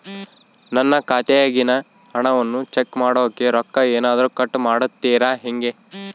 ನನ್ನ ಖಾತೆಯಾಗಿನ ಹಣವನ್ನು ಚೆಕ್ ಮಾಡೋಕೆ ರೊಕ್ಕ ಏನಾದರೂ ಕಟ್ ಮಾಡುತ್ತೇರಾ ಹೆಂಗೆ?